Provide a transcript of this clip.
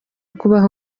kubaho